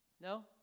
No